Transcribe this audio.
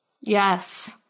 Yes